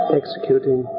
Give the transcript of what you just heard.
executing